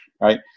right